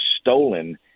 stolen